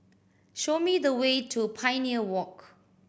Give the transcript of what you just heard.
show me the way to Pioneer Walk